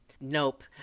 nope